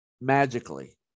magically